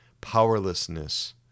powerlessness